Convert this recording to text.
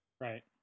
Right